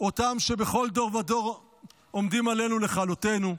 אותם שבכל דור ודור עומדים עלינו לכלותנו.